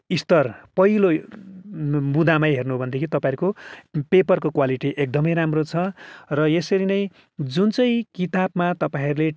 स्तर पहिलो बुँदामै हेर्नु हो भने तपाईँहरूको पेपरको क्वालिटी एकदमै राम्रो छ र यसरी नै जुन चाहिँ किताबमा तपाईँहरूले